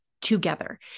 together